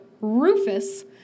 Rufus